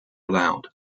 allowed